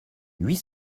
huit